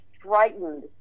frightened